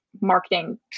marketing